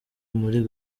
muri